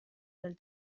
del